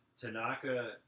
Tanaka